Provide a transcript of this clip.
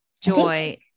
joy